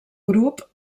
grup